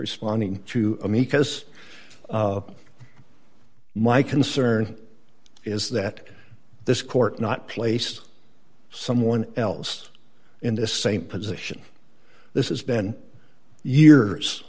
responding to amicus my concern is that this court not place someone else in the same position this is been years